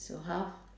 so how